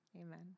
Amen